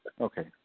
Okay